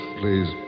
please